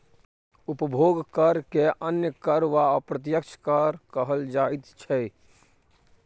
उपभोग करकेँ अन्य कर वा अप्रत्यक्ष कर कहल जाइत छै